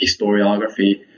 historiography